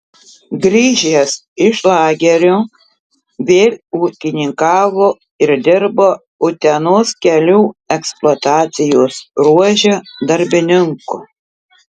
grįžęs iš lagerio vėl ūkininkavo ir dirbo utenos kelių eksploatacijos ruože darbininku